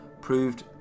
proved